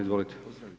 Izvolite.